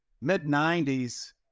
mid-90s